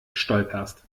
stolperst